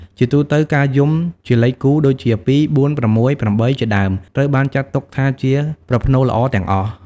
ជាទូទៅ ការយំជាលេខគូ ដូចជា ២, ៤, ៦, ៨ ជាដើម ត្រូវបានចាត់ទុកថាជាប្រផ្នូលល្អទាំងអស់។